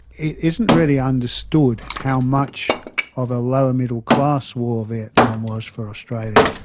it isn't really understood how much of a lower middle-class war vietnam was for australia.